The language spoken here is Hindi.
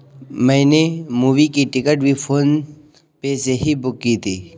मैंने मूवी की टिकट भी फोन पे से ही बुक की थी